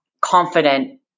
confident